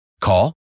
call